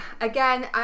again